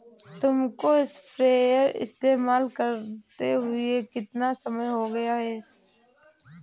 तुमको स्प्रेयर इस्तेमाल करते हुआ कितना समय हो गया है?